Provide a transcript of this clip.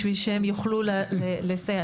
בשביל שהם יוכלו לסייע,